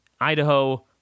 Idaho